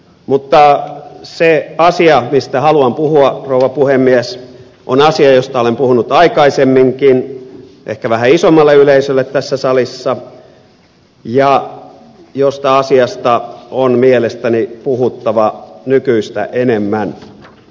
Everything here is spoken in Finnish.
mutta se asia mistä haluan puhua rouva puhemies on asia josta olen puhunut aikaisemminkin ehkä vähän isommalle yleisölle tässä salissa ja josta on mielestäni puhuttava nykyistä enemmän